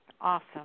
Awesome